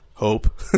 hope